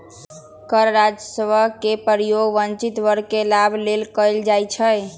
कर राजस्व के प्रयोग वंचित वर्ग के लाभ लेल कएल जाइ छइ